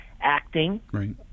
acting